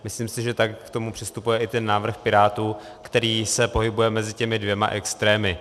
Myslím, že tak k tomu přistupuje i návrh Pirátů, který se pohybuje mezi těmi dvěma extrémy.